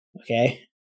okay